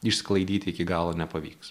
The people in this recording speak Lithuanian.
išsklaidyti iki galo nepavyks